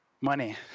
money